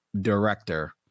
director